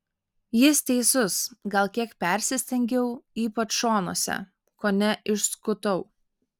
jis teisus gal kiek persistengiau ypač šonuose kone išskutau